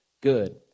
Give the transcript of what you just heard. good